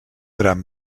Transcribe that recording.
gran